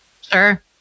Sure